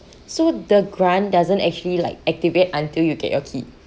so the grant doesn't actually like activate until you get your key